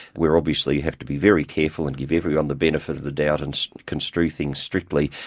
where obviously you have to be very careful and give everyone the benefit of the doubt and construe things strictly,